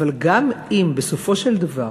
אבל גם אם בסופו של דבר